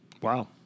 Wow